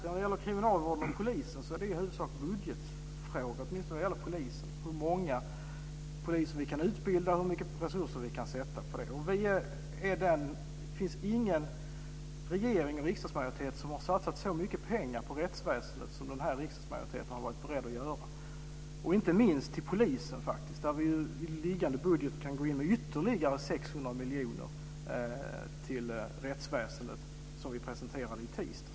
Herr talman! Kriminalvården och polisen är i huvudsak budgetfrågor, dvs. hur många poliser som kan utbildas och vilka resurser som kan sättas på det. Det finns ingen regering eller riksdagsmajoritet som har satsat så mycket pengar på rättsväsendet som den här riksdagsmajoriteten har varit beredd att göra - inte minst till polisen. I liggande budget kan vi gå in med ytterligare 600 miljoner till rättsväsendet - vilket presenterades i tisdags.